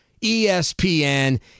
ESPN